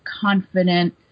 confident